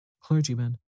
clergyman